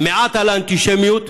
מעט על האנטישמיות,